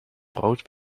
brood